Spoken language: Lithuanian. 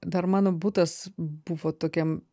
dar mano butas buvo tokiam